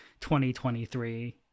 2023